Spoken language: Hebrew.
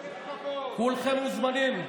אם תסתכלו, כולכם מוזמנים.